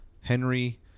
Henry